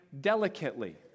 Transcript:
delicately